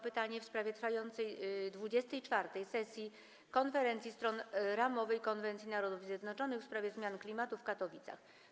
Pytanie w sprawie trwającej 24. sesji Konferencji Stron Ramowej Konwencji Narodów Zjednoczonych w sprawie zmian klimatu (COP24) w Katowicach.